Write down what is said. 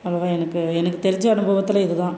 அவ்வளோ தான் எனக்கு எனக்கு தெரிஞ்ச அனுபவத்தில் இது தான்